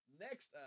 Next